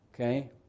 okay